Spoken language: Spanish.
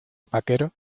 vaquero